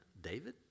David